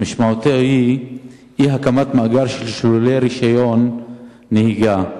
שמשמעותו היא אי-הקמת מאגר של משוללי רשיון נהיגה,